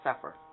suffer